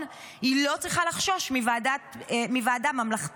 היא לא צריכה לחשוש מוועדה ממלכתית.